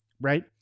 Right